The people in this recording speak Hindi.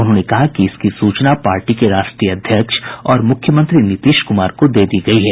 उन्होंने कहा कि इसकी सूचना पार्टी के राष्ट्रीय अध्यक्ष और मुख्यमंत्री नीतीश कुमार को दे दी गयी है